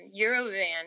Eurovan